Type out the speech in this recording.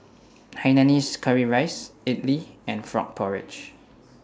Hainanese Curry Rice Idly and Frog Porridge